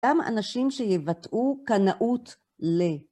גם אנשים שיבטאו קנאות ל...